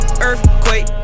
Earthquake